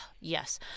Yes